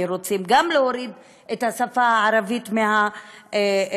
כי רוצים להוריד את השפה הערבית מהמעמד